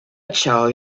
child